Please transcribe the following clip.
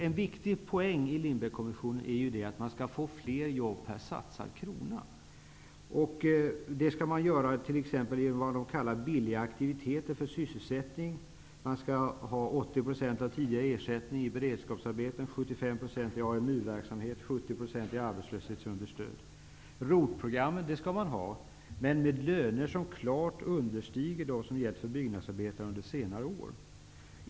En viktig poäng i Lindbeckkommissionens rapport är att få fler jobb per satsad krona. Det skall ske t.ex. genom vad som kallas billiga aktiviteter för sysselsättning. Man skall ha 80 % av tidigare ersättning vid beredskapsarbete, 75 % vid AMU ROT-program skall det vara men med löner som klart understiger dem som gällt för byggnadsarbetare under senare år.